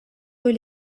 eux